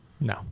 No